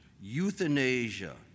euthanasia